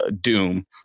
doom